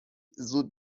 زود